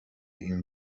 این